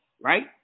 right